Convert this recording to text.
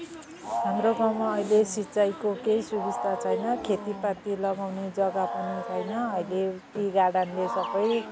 हाम्रो गाउँमा अहिले सिँचाइको केही सुबिस्ता छैन खेतीपाती लगाउने जगा पनि छैन अहिले टी गार्डनले सब